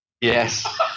Yes